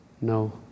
no